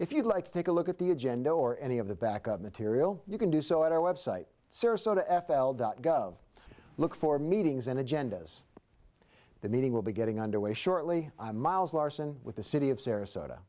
if you'd like to take a look at the agenda or any of the back of material you can do so at our website sarasota f l dot gov look for meetings and agendas the meeting will be getting underway shortly miles larson with the city of sarasota